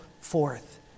forth